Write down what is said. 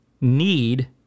need